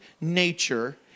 nature